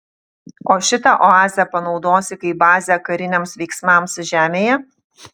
o šitą oazę panaudosi kaip bazę kariniams veiksmams žemėje